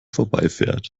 vorbeifährt